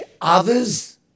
others